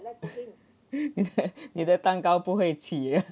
你做蛋糕不会起的